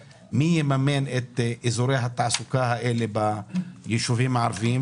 על מי יממן את אזורי התעסוקה בישובים הערבים.